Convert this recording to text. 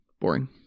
boring